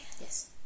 Yes